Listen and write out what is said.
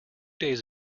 days